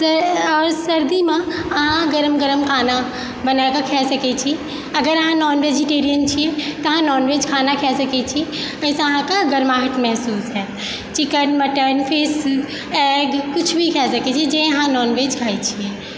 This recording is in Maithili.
आओर सर्दीमे हम गरम गरम खाना बनाकऽ खा सकैत छी अगर अहाँ नॉनवेजिटेरियन छी तऽ अहाँ नॉनवेज खाना खा सकैत छी ताहिसँ अहाँकऽ गर्माहट महसूस होयत चिकेन मटन फिश एग कुछ भी खा सकैत छी जँ अहाँ नॉनवेज खाइ छी